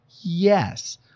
yes